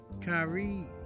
Kyrie